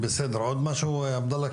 עבדאלה,